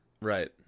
Right